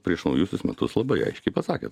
prieš naujusius metus labai aiškiai pasakė